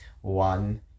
One